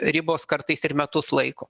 ribos kartais ir metus laiko